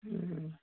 हूँ